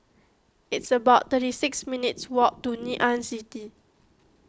it's about thirty six minutes' walk to Ngee Ann City